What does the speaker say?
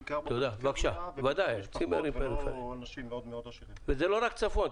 זה לא רק בצפון.